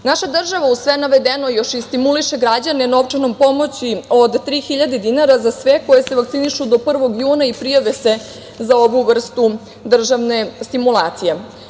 država, uz sve navedeno, još i stimuliše građane novčanom pomoći od 3.000 dinara za sve koji se vakcinišu do 1. juna i prijave se za ovu vrstu državne stimulacije. Pored